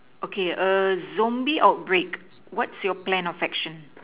okay err zombie outbreak what's your plan of action